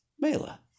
Mela